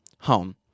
home